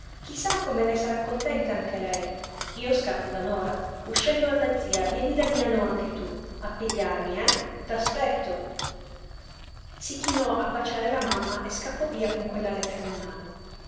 sa come ne sarà contenta anche lei io scappo da nora uscendo dalla zia vieni da nianò anche tu a pigliarmi eh t'aspetto si chinò a baciare la mamma e scappò via con quella lettera in mano